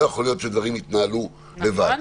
לא יכול להיות שהדברים יתנהלו לבד.